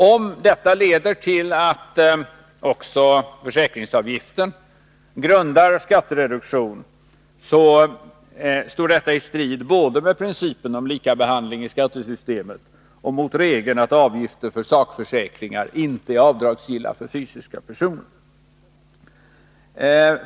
Om detta leder till att också försäkringsavgiften grundar skattereduktion, står det i strid både mot principen om lika behandling i skattesystemet och mot regeln att avgifter för sakförsäkringar inte är avdragsgilla för fysiska personer.